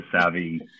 savvy